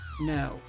no